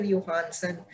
Johansson